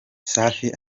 safi